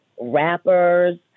rappers